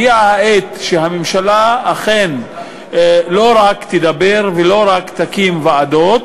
הגיעה העת שהממשלה אכן לא רק תדבר ולא רק תקים ועדות,